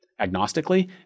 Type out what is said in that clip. agnostically